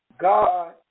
God